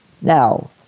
Now